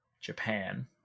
Japan